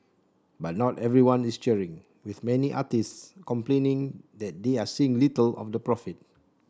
but not everyone is cheering with many artists complaining that they are seeing little of the profit